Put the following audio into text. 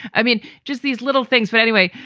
i mean, just these little things. but anyway,